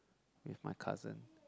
with my cousin